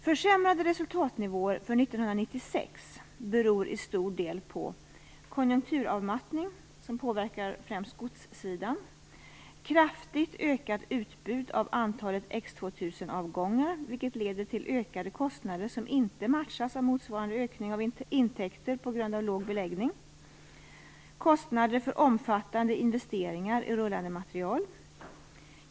Försämrade resultatnivåer för 1996 beror i stor del på följande: Det har skett en konjunkturavmattning, som främst påverkar godssidan. Det har blivit ett kraftigt ökat utbud av X 2000-avgångar, vilket leder till ökade kostnader som inte matchas av motsvarande ökning av intäkter på grund av låg beläggning. Det har blivit kostnader för omfattande investeringar i rullande material.